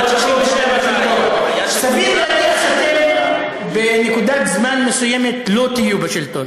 עד 67' --- סביר להניח שאתם בנקודת זמן מסוימת לא תהיו בשלטון.